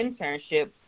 internships